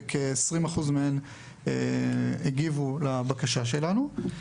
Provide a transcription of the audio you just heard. וכ-20% מהן הגיבו לבקשה שלנו.